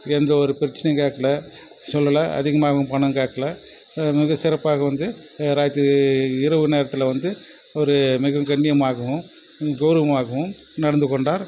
எந்த ஒரு பிரச்சனையும் கேட்கல சொல்லலை அதிகமாகவும் பணம் கேட்கல மிக சிறப்பாக வந்து ராத்திரி இரவு நேரத்தில் வந்து ஒரு மிகவும் கண்ணியமாகவும் கௌரவமாகவும் நடந்துகொண்டார்